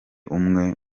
umwe